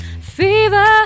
Fever